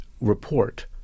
report